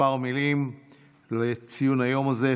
כמה מילים לציון היום הזה.